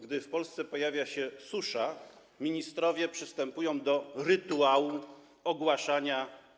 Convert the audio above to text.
Gdy w Polsce pojawia się susza, ministrowie przystępują do rytuału ogłaszania.